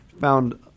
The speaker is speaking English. found